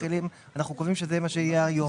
אנחנו קובעים שזה מה שיהיה היום.